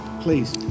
Please